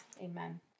Amen